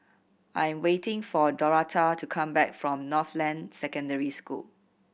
I'm waiting for Dorotha to come back from Northland Secondary School